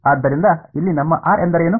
ಆದ್ದರಿಂದ ಇಲ್ಲಿ ನಮ್ಮ r ಎಂದರೇನು